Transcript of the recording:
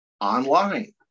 online